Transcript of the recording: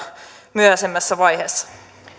myöhäisemmässä vaiheessa